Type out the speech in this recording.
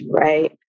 right